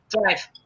drive